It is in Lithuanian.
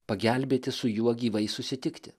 pagelbėti su juo gyvai susitikti